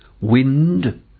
wind